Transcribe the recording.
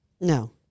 No